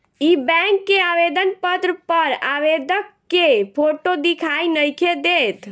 इ बैक के आवेदन पत्र पर आवेदक के फोटो दिखाई नइखे देत